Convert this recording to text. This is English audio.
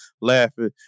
laughing